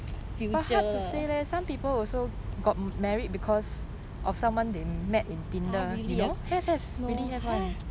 future !huh! really ah no !huh!